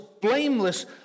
blameless